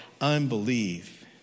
unbelief